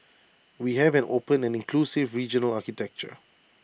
we have an open and inclusive regional architecture